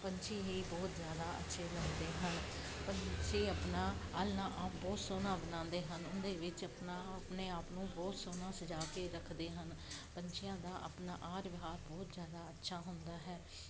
ਪੰਛੀ ਹੀ ਬਹੁਤ ਜ਼ਿਆਦਾ ਅੱਛੇ ਹੁੰਦੇ ਹਨ ਪੰਛੀ ਆਪਣਾ ਆਲ੍ਹਣਾ ਬਹੁਤ ਸੋਹਣਾ ਬਣਾਉਂਦੇ ਹਨ ਉਹਦੇ ਵਿੱਚ ਆਪਣਾ ਆਪਣੇ ਆਪ ਨੂੰ ਬਹੁਤ ਸੋਹਣਾ ਸਜਾ ਕੇ ਰੱਖਦੇ ਹਨ ਪੰਛੀਆਂ ਦਾ ਆਪਣਾ ਆਰ ਵਿਹਾਰ ਬਹੁਤ ਜ਼ਿਆਦਾ ਅੱਛਾ ਹੁੰਦਾ ਹੈ